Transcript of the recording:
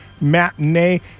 matinee